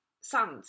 sand